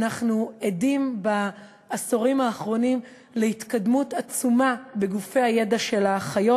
אנחנו עדים בעשורים האחרונים להתקדמות עצומה בגופי הידע של האחיות.